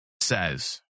says